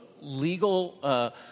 legal